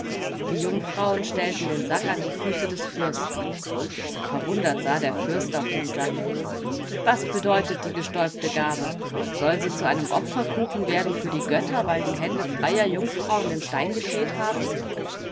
die jungfrauen stellten den sack an die füße des fürsten verwundert sah der fürst auf den sack was bedeutet die gestäubte gabe soll sie zu einem opferkuchen für die götter weil die hände freier jungfrauen den stein gedreht haben